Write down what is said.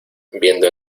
viendo